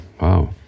Wow